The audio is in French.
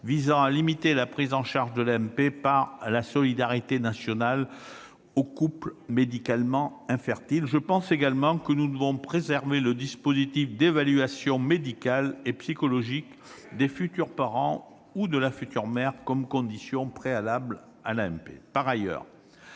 visant à limiter la prise en charge de l'AMP par la solidarité nationale aux couples médicalement infertiles. Je pense également que nous devons préserver le dispositif d'évaluation médicale et psychologique des futurs parents ou de la future mère comme condition préalable à l'AMP. Par ailleurs,